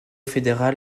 fédéral